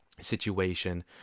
situation